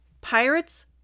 Pirates